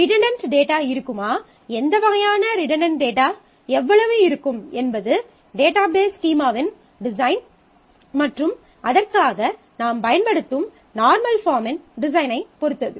redundant data இருக்குமா எந்த வகையான ரிடன்டன்ட் டேட்டா எவ்வளவு இருக்கும் என்பது டேட்டாபேஸ் ஸ்கீமாவின் டிசைன் மற்றும் அதற்காக நாம் பயன்படுத்தும் நார்மல் பாஃர்ம்மின் டிசைனைப் பொறுத்தது